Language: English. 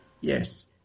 Yes